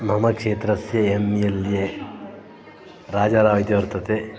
मम क्षेत्रस्य M L A राजारावः इति वर्तते